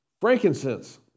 Frankincense